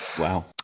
wow